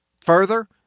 Further